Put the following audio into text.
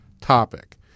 topic